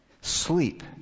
Sleep